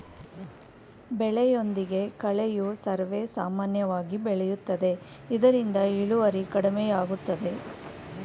ಬೆಳೆಯೊಂದಿಗೆ ಕಳೆಯು ಸರ್ವೇಸಾಮಾನ್ಯವಾಗಿ ಬೆಳೆಯುತ್ತದೆ ಇದರಿಂದ ಇಳುವರಿ ಕಡಿಮೆಯಾಗುತ್ತದೆ